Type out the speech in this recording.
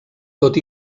tot